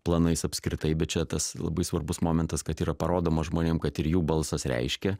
planais apskritai bet čia tas labai svarbus momentas kad yra parodoma žmonėm kad ir jų balsas reiškia